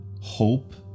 hope